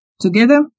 Together